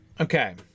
Okay